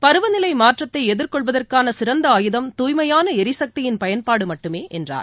பருவநிலை மாற்றத்தை எதிர்கொள்வதற்கான சிறந்த ஆயுதம் தூய்மையான எரிசக்தியின் பயன்பாடு மட்டுமே என்றார்